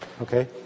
okay